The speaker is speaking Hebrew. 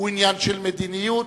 הוא עניין של מדיניות,